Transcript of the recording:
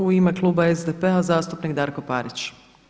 U ime kluba SDP-a zastupnik Darko Parić.